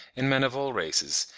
in men of all races,